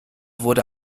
wurde